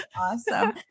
Awesome